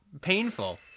painful